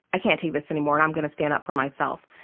i can't take this anymore. and i'm going to stand up for myself.